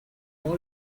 all